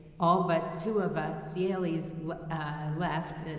all but two of us yalees left.